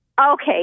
Okay